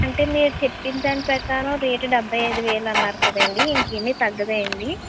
అంటే మీరు చెప్పిన దాని ప్రకారం రేట్ డెబ్భై ఐదు వేలు అన్నారు కదా అండి ఇంకా ఏమి తగ్గదా అండి